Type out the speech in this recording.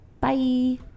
Bye